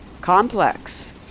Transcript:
complex